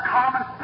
common